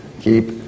keep